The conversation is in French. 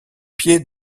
pied